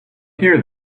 here